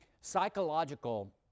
psychological